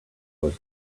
was